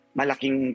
malaking